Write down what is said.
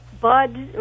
Bud